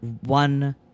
one